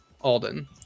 Alden